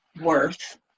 worth